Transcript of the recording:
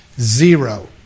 Zero